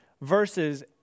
verses